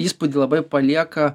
įspūdį labai palieka